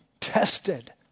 tested